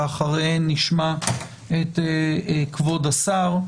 אחריהן נשמע את כבוד השר,